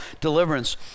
deliverance